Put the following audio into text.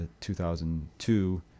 2002